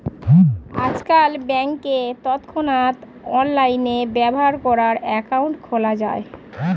আজকাল ব্যাংকে তৎক্ষণাৎ অনলাইনে ব্যবহার করার অ্যাকাউন্ট খোলা যায়